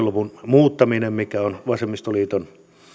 luvun muuttaminen mikä on vasemmistoliiton